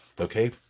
Okay